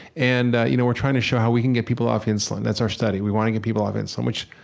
and you know we're trying to show how we can get people off of insulin. that's our study. we want to get people off insulin which,